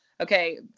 okay